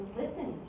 listen